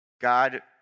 God